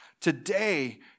Today